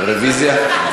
רוויזיה.